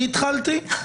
אני התחלתי.